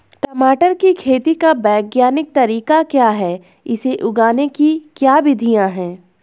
टमाटर की खेती का वैज्ञानिक तरीका क्या है इसे उगाने की क्या विधियाँ हैं?